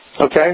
Okay